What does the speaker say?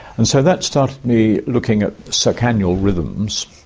and so that started me looking at circannual rhythms,